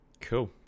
cool